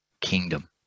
kingdom